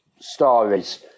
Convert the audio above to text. stories